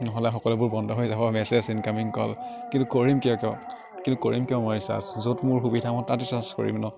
ন'হলে সকলোবোৰ বন্ধ হৈ যাব মেচেজ ইনকামিং কল কিন্তু কৰিম কি আকৌ কিন্তু কৰিম কিয় মই ৰিচাৰ্জ য'ত মোৰ সুবিধা মই তাত ৰিচাৰ্জ কৰিম ন